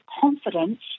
confidence